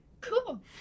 cool